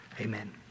Amen